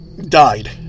died